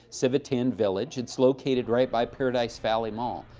civitan village. it's located right by paradise valley mall,